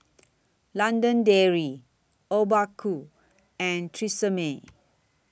London Dairy Obaku and Tresemme